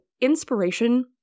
inspiration